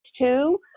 Two